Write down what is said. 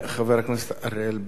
חבר הכנסת אריאל,